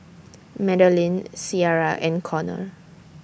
Madelynn Ciarra and Conner